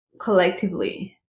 collectively